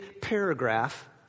paragraph